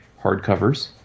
hardcovers